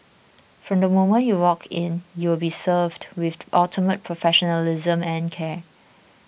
from the moment you walk in you will be served with ultimate professionalism and care